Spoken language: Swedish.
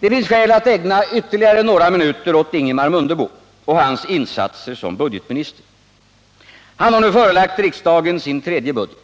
Det finns skäl att ägna ytterligare några minuter åt Ingemar Mundebo och hans insatser som budgetminister. Han har nu förelagt riksdagen sin tredje budget.